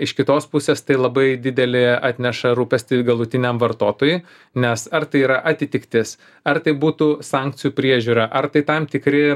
iš kitos pusės tai labai didelį atneša rūpestį galutiniam vartotojui nes ar tai yra atitiktis ar tai būtų sankcijų priežiūra ar tai tam tikri